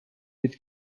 від